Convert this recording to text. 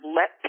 let